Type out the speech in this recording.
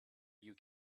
you